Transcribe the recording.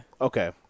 Okay